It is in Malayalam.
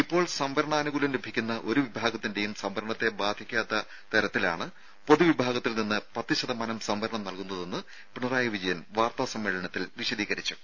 ഇപ്പോൾ സംവരണാനുകൂല്യം ലഭിക്കുന്ന ഒരു വിഭാഗത്തിന്റേയും സംവരണത്തെ ബാധിക്കാത്ത രീതിയിലാണ് പൊതു വിഭാഗത്തിൽ നിന്ന് പത്തു ശതമാനം സംവരണം നൽകുന്നതെന്ന് പിണറായി വിജയൻ വാർത്താ സമ്മേളനത്തിൽ വിശദീകരിച്ചു